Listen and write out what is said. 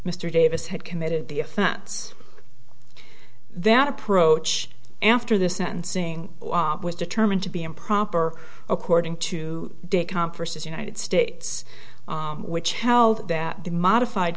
mr davis had committed the offense that approach after the sentencing was determined to be improper according to de conferences united states which held that the modified